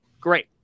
Great